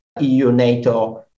EU-NATO